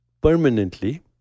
permanently